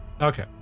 Okay